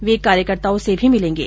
वे कार्यकर्ताओं से भी मिलेंगे